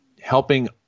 helping